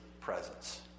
presence